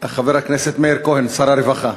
חבר הכנסת מאיר כהן, שר הרווחה,